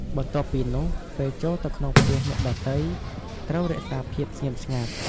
បន្ទាប់ពីនោះ ពេលចូលទៅក្នុងផ្ទះអ្នកដទៃត្រូវរក្សាភាពស្ងៀមស្ងាត់។